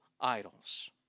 idols